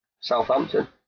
Southampton